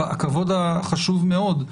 הכבוד החשוב מאוד.